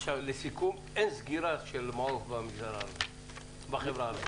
לסיכום, אין סגירה של מעוף בחברה הערבית.